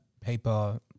paper